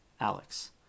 Alex